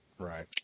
Right